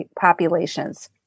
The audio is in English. populations